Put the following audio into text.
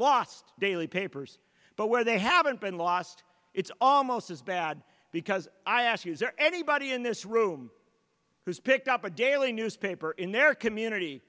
lost daily papers but where they haven't been lost it's almost as bad because i ask you is there anybody in this room who's picked up a daily newspaper in their community